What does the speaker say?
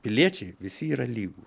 piliečiai visi yra lygūs